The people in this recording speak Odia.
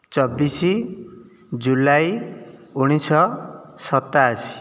ଚବିଶି ଜୁଲାଇ ଉଣେଇଶହ ସତାଅଶୀ